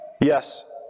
yes